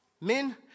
Men